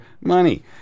money